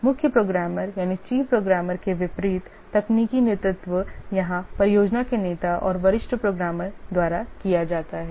मुख्य प्रोग्रामर के विपरीत तकनीकी नेतृत्व यहां परियोजना के नेता और वरिष्ठ प्रोग्रामर द्वारा दिया जाता है